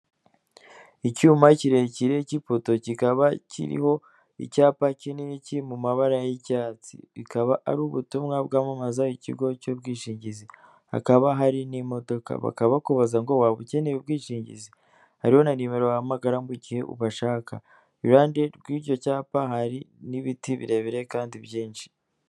Icyuma kirekire k'ipoto kikaba kiriho icyapa kinini kiri mu mabara y'icyatsi, bikaba ari ubutumwa bwamamaza ikigo cy'ubwishingizi, hakaba hari n'imodoka bakaba bakubaza ngo waba ukeneye ubwishingizi? Hari na nimero wabahamagaraho igihe ubashaka, iruhande rw'icyo cyapa hari n'ibiti birebire kandi byinshi.